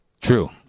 True